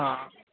हा